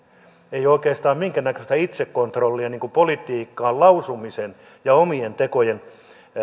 ei ole oikeastaan minkään näköistä itsekontrollia politiikkaan lausumisen ja omien tekojen